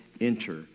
enter